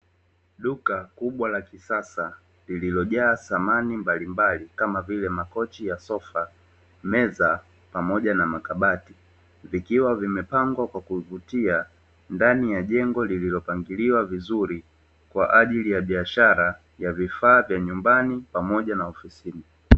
Duka kubwa la kisasa lililojaa samani mbalimbali kama vile makochi ya sofa, meza pamoja na makabati vikiwa vimepangwa kwa kuvutia, ndani ya jengo lililopangiliwa vizuri kwa ajili ya biashara ya vifaa vya nyumbani pamoja na ofisini.